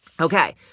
Okay